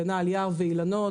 הגנה על יער ואילנות,